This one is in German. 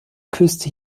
küste